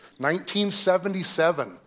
1977